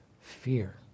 Fear